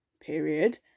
period